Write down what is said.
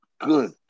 good